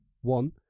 one